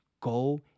go